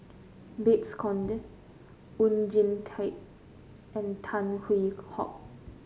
Babes Conde Oon Jin Teik and Tan Hwee Hock